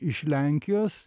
iš lenkijos